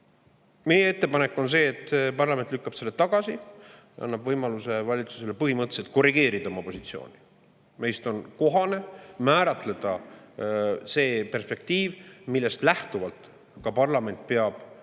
Meie ettepanek on, et parlament lükkab selle tagasi. See annab valitsusele võimaluse põhimõtteliselt korrigeerida oma positsiooni. Meist on kohane määratleda see perspektiiv, millest lähtuvalt ka parlament peab juhtima